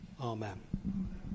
Amen